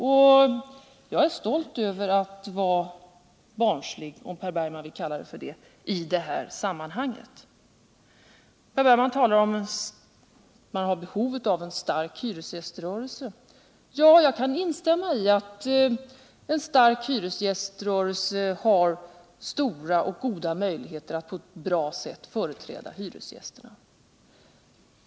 Och jag är stolt över att vara barnslig om Per Bergman vill kalla mig för det i detta sammanhang. Per Bergman säger att det finns behov av en stark hyresgäströrelse. Jag kan instämma i att en stark hyresgäströrelse har stora och goda möjligheter att på ett bra sätt företräda hyresgästerna.